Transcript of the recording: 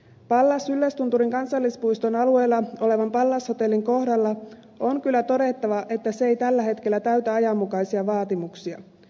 pallas yllästunturin kansallispuiston alueella olevan pallas hotellin kohdalla on kyllä todettava että se ei tällä hetkellä täytä ajanmukaisia vaatimuksia